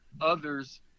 others